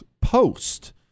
Post